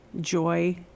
joy